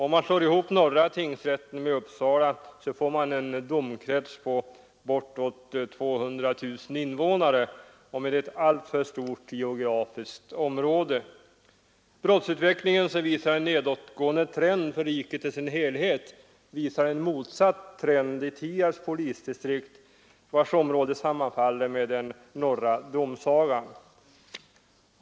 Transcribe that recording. Om man slår ihop Uppsala läns norra tingsrätt med Uppsala tingsrätt får man en domkrets på bortåt 200 000 invånare och med ett alltför stort geografiskt område. Brottsutvecklingen, som visar en nedåtgående trend för riket i dess helhet, visar en motsatt trend i Tierps polisdistrikt, vars område sammanfaller med den norra domsagan.